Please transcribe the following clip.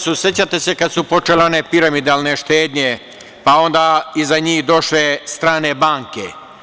Sećate se kada su počela one piramidalne štednje, pa su onda iza njih došle strane banke.